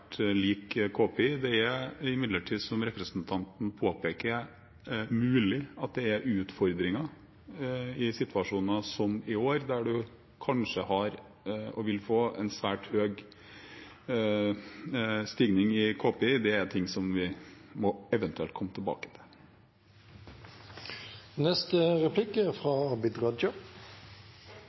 lik KPI. Som representanten påpeker, er det imidlertid mulig at det er utfordringer i situasjoner som i år, der man kanskje har og vil få en svært høy stigning i KPI. Det er ting vi eventuelt må komme tilbake til. I sitt svarbrev skriver statsråden: «Det er